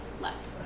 left